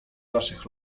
naszych